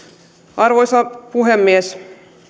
arvoisa puhemies